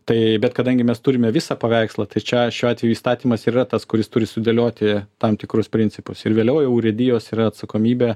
tai bet kadangi mes turime visą paveikslą tai čia šiuo atveju įstatymas ir yra tas kuris turi sudėlioti tam tikrus principus ir vėliau jau urėdijos yra atsakomybė